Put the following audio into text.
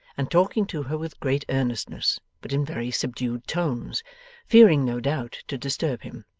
and talking to her with great earnestness but in very subdued tones fearing, no doubt, to disturb him.